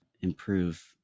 improve